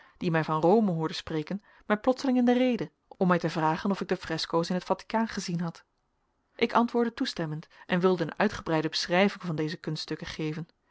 die mij van rome hoorde spreken mij plotseling in de rede om mij te vragen of ik de fresco's in het vaticaan gezien had ik antwoordde toestemmend en wilde een uitgebreide beschrijving van deze kunststukken geven